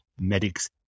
medics